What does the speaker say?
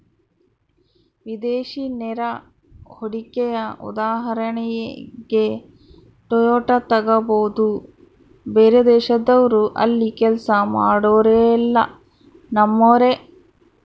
ವಿದೇಶಿ ನೇರ ಹೂಡಿಕೆಯ ಉದಾಹರಣೆಗೆ ಟೊಯೋಟಾ ತೆಗಬೊದು, ಬೇರೆದೇಶದವ್ರು ಅಲ್ಲಿ ಕೆಲ್ಸ ಮಾಡೊರೆಲ್ಲ ನಮ್ಮರೇ